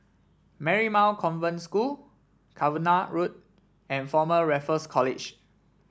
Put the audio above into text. Marymount Convent School Cavenagh Road and Former Raffles College